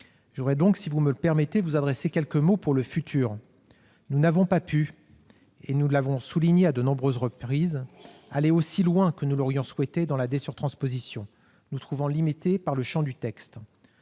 pourrait citer des exemples parlants. Je vous adresserai quelques mots pour le futur. Nous n'avons pas pu- nous l'avons souligné à de nombreuses reprises -aller aussi loin que nous l'aurions souhaité dans la dé-surtransposition, nous trouvant limités par le champ du texte.